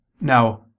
Now